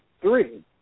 three